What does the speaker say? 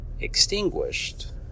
extinguished